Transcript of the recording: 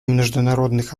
международных